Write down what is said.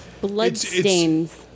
Bloodstains